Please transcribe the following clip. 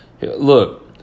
Look